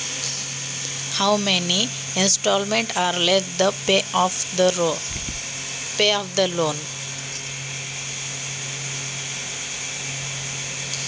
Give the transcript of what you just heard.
कर्ज भरण्याचे किती हफ्ते शिल्लक आहेत?